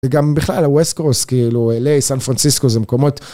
וגם בכלל, הווסט קרוס, כאילו, LA, סן פרנסיסקו, זה מקומות...